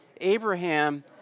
Abraham